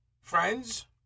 Friends